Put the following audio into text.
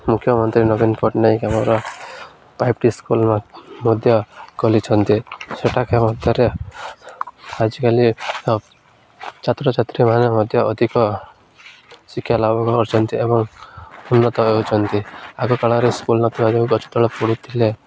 ମୁଖ୍ୟମନ୍ତ୍ରୀ ନବୀନ ପଟ୍ଟନାୟକ ଆମର ପାଇପ୍ ଟି ସ୍କୁଲ ମଧ୍ୟ ଖୋଲିଛନ୍ତି ସେଟାକ ମଧ୍ୟରେ ଆଜିକାଲି ଛାତ୍ରଛାତ୍ରୀମାନେ ମଧ୍ୟ ଅଧିକ ଶିକ୍ଷା ଲାଭ କରିଛନ୍ତି ଏବଂ ଉନ୍ନତ ହେଉଛନ୍ତି ଆଗକାଳରେ ସ୍କୁଲ ନଥିବା ଯୋଗେଁ ଗଛ ତଳେ ପଢ଼ୁଥିଲେ